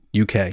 UK